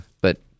but-